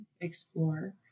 explore